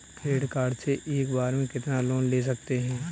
Credit card से एक बार में कितना लोन ले सकते हैं?